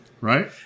Right